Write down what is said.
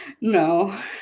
No